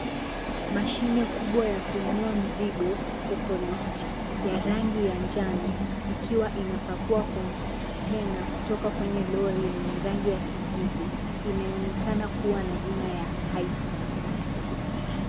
Mashine kubwa ya kuinua mizigo, fork lift , ya rangi ya njano ikiwa inapakua konteina kutoka kwenye lori yenye rangi ya kijivu, inayoonekana kuwa na jina ya High Star.